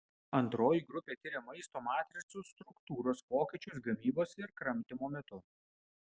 antroji grupė tiria maisto matricų struktūros pokyčius gamybos ir kramtymo metu